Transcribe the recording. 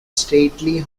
stately